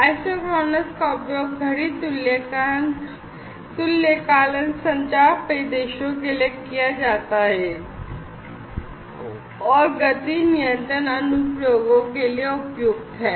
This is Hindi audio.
आइसोक्रोनस का उपयोग घड़ी तुल्यकालन संचार परिदृश्यों के लिए किया जाता है और गति नियंत्रण अनुप्रयोगों के लिए उपयुक्त हैं